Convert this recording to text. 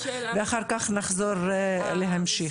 ואחר כך נחזור להמשיך.